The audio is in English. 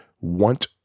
want